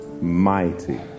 mighty